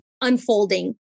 unfolding